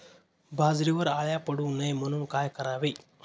बाजरीवर अळ्या पडू नये म्हणून काय करावे?